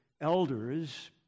elders